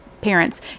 parents